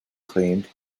claimed